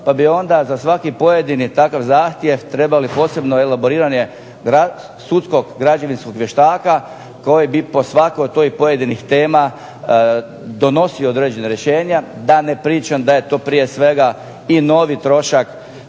pa bi onda za svaki pojedini takav zahtjev trebali posebno elaboriranog sudskog građevinskog vještaka koji bi po svakoj od tih pojedinih tema donosio određena rješenja, da ne pričam da je to prije svega i novi trošak